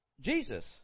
Jesus